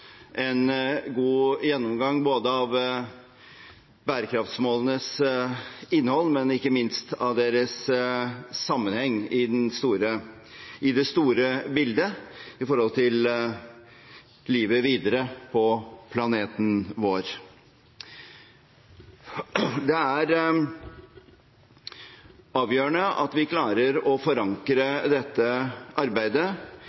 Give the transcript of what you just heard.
en god gjennomgang av bærekraftsmålenes innhold og ikke minst deres sammenheng i det store bildet – i forhold til livet videre på planeten vår. Det er avgjørende at vi klarer å forankre dette arbeidet